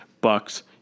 Bucks